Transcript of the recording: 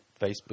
Facebook